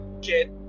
get